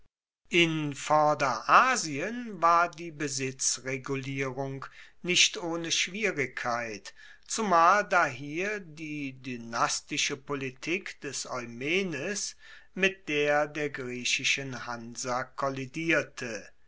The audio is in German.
in vorderasien war die besitzregulierung nicht ohne schwierigkeit zumal da hier die dynastische politik des eumenes mit der der griechischen hansa kollidierte